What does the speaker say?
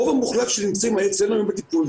רוב המוחלט של הנמצאים אצלנו היום בטיפול,